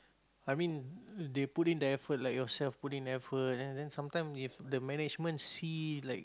I mean they put in the effort like yourself put in effort and then sometime if the management see like